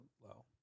low